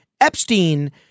Epstein